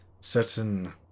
Certain